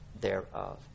thereof